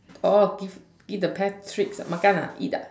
orh give give the pet treats ah Makan ah eat ah